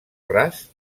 ras